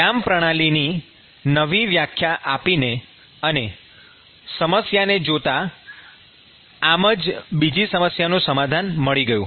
યામ પ્રણાલીની નવી વ્યાખ્યા આપીને અને સમસ્યાને જોતા આમ જ બીજી સમસ્યાનું સમાધાન મળી ગયું